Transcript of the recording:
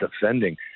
defending